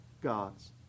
gods